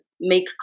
make